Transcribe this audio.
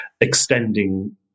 extending